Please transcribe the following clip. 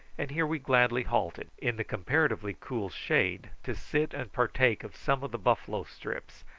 and here we gladly halted, in the comparatively cool shade, to sit and partake of some of the buffalo strips,